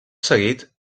seguit